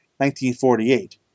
1948